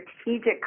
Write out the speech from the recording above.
strategic